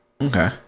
Okay